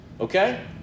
okay